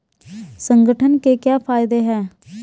संगठन के क्या फायदें हैं?